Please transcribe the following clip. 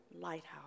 lighthouse